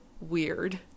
weird